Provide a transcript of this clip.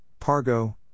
pargo